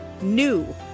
NEW